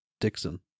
Dixon